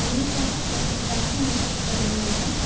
अनेकाः प्रसिद्धाः नृत्यप्रवीणाः